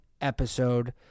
episode